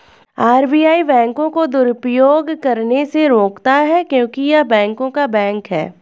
RBI बैंकों को दुरुपयोग करने से रोकता हैं क्योंकि य़ह बैंकों का बैंक हैं